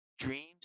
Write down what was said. dreams